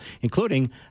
including